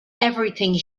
everything